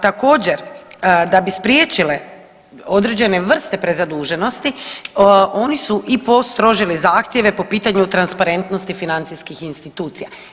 Također, da bi spriječile određene vrste prezaduženosti oni su i postrožili zahtjeve po pitanju transparentnosti financijskih institucija.